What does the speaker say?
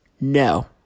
No